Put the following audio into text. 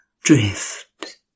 drift